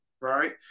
right